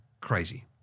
crazy